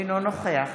אינו נוכח